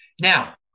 Now